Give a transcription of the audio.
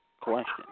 question